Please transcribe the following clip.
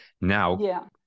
now